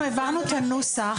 אנחנו העברנו את הנוסח.